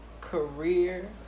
career